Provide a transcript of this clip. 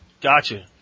Gotcha